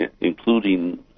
including